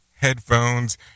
headphones